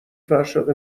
فرشاد